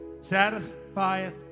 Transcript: satisfieth